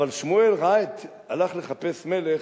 אבל שמואל הלך לחפש מלך.